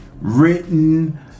written